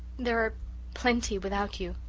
there are plenty without you.